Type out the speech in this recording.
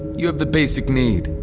you have the basic need